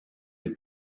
dit